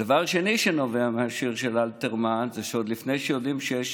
דבר שני שנובע מהשיר של אלתרמן זה שעוד לפני שיודעים שיש